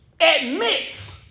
admits